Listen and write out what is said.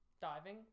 diving